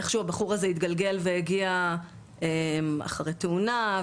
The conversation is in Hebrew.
איך שהוא הבחור הזה התגלגל והגיע אחרי תאונה,